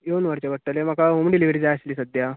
येवन व्हरचे पडटले म्हाका हॉम डिलीवरी जाय आसली सद्या